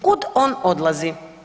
Kud on odlazi?